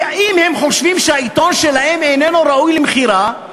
אם הם חושבים שהעיתון שלהם איננו ראוי למכירה,